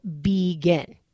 begin